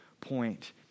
point